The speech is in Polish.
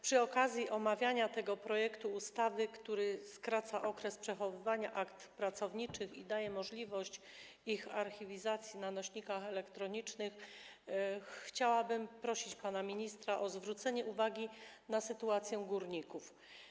Przy okazji omawiania tego projektu ustawy, który skraca okres przechowywania akt pracowniczych i daje możliwość ich archiwizacji na nośnikach elektronicznych, chciałabym prosić pana ministra o zwrócenie uwagi na sytuację górników.